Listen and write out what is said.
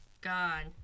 God